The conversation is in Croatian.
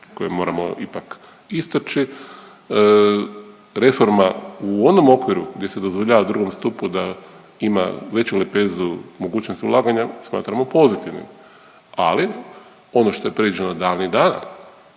koje moramo ipak istaći reforma u onom okviru gdje se dozvoljava drugom stupu da ima veću lepezu mogućnosti ulaganja smatramo pozitivnim. Ali ono što je predviđeno davnih dana,